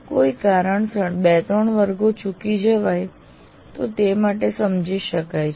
કોઈ કારણસર 2 3 વર્ગો ચૂકી જવાય તો તે માટે સમજી શકાય છે